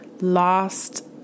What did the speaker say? lost